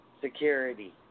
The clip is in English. Security